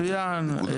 מצוין.